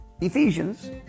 Ephesians